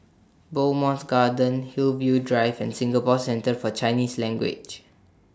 Bowmont Gardens Hillview Drive and Singapore Centre For Chinese Language